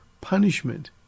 punishment